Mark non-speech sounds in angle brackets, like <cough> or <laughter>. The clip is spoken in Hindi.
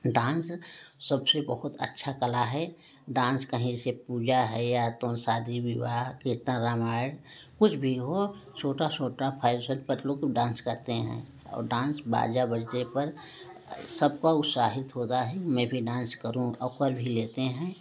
डांस सबसे बहुत अच्छा कला है डांस कहीं से पूजा है या तो हम शादी विवाह के <unintelligible> कुछ भी हो छोटा छोटा फैशन पर लोग डांस करते हैं और डांस बाजा बजने पर सब पर उत्साहित होता है मैं भी डांस करूँ और कर भी लेते हैं